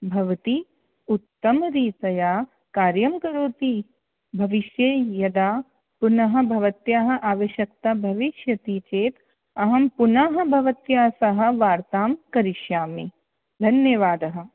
भवती उत्तमरीत्या कार्यं करोति भविष्ये यदा पुनः भवत्याः आवश्यकता भविष्यति चेत् अहं पुनः भवत्याः सह वार्तां करिष्यामि धन्यवादः